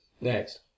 next